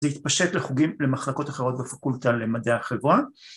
‫זה התפשט לחוגים למחלקות אחרות ‫בפקולטה למדעי החברה.